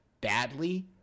badly